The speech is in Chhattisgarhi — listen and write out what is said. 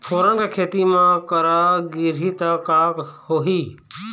फोरन के खेती म करा गिरही त का होही?